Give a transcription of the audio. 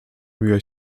miłe